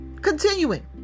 Continuing